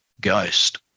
ghost